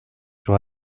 sur